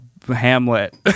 Hamlet